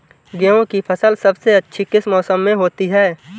गेंहू की फसल सबसे अच्छी किस मौसम में होती है?